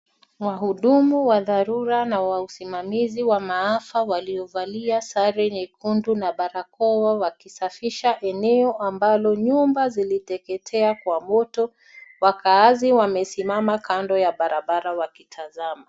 Wahudumu wa dharura na wa usimamizi wa maafa waliovalia sare nyekundu na barakoa wakisafisha eneo ambalo nyumba ziliteketea kwa moto. Wakaazi wamesimama kando ya barabara wakitazama.